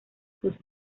sus